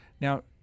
Now-